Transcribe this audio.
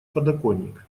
подоконник